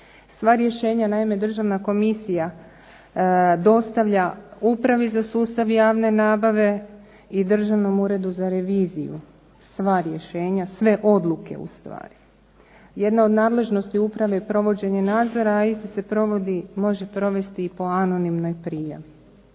Sva rješenja naime Državna komisija dostavlja Upravi za sustav javne nabave i Državnom uredu za reviziju. Sva rješenja, sve odluke ustvari. Jedna od nadležnosti uprave je provođenje nadzora, a isti se može provesti po anonimnoj prijavi.